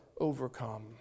overcome